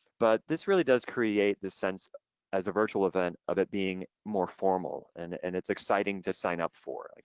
but this really does create the sense as a virtual event of it being more formal, and and it's exciting to sign up for like